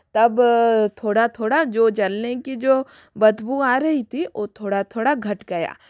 तब थोड़ा थोड़ा जो जलने की जो बदबू आ रही थी वो थोड़ा थोड़ा घट गया